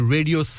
Radio